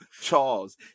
Charles